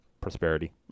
prosperity